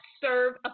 serve